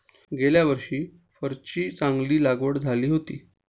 गेल्या वर्षी फरची चांगली लागवड झाली होती